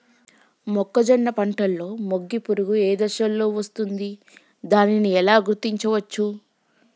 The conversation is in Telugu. మొక్కజొన్న పంటలో మొగి పురుగు ఏ దశలో వస్తుంది? దానిని ఎలా గుర్తించవచ్చు?